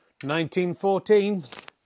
1914